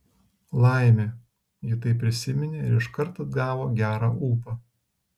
laimė ji tai prisiminė ir iškart atgavo gerą ūpą